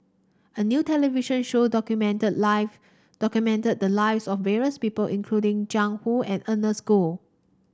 a new television show documented life documented the lives of various people including Jiang Hu and Ernest Goh